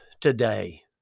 today